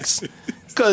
Cause